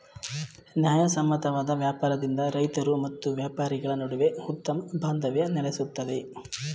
ನ್ಯಾಯಸಮ್ಮತವಾದ ವ್ಯಾಪಾರದಿಂದ ರೈತರು ಮತ್ತು ವ್ಯಾಪಾರಿಗಳ ನಡುವೆ ಉತ್ತಮ ಬಾಂಧವ್ಯ ನೆಲೆಸುತ್ತದೆ